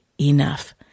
enough